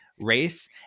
race